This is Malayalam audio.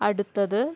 അടുത്തത്